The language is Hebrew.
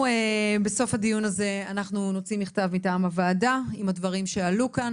בסוף הדיון הזה אנחנו נוציא מכתב מטעם הוועדה עם הדברים שעלו כאן.